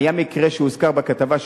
היה מקרה שהוזכר בכתבה,